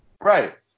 Right